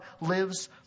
lives